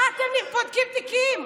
מה אתם בודקים תיקים?